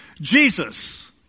Jesus